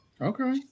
okay